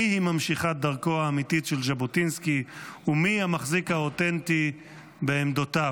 מי היא ממשיכת דרכו האמיתית של ז'בוטינסקי ומי המחזיק האותנטי בעמדותיו.